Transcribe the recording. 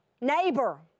neighbor